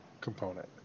component